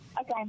Okay